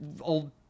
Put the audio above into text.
old